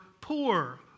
poor